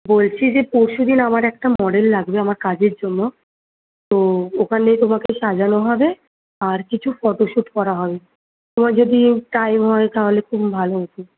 বলছি যে পরশু দিন আমার একটা মডেল লাগবে আমার কাজের জন্য তো ওখানে তোমাকে সাজানো হবে আর কিছু ফটো শুট করা হবে তোমার যদি টাইম হয় তাহলে খুবই ভালো হতো